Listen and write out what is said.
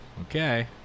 Okay